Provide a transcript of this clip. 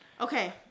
Okay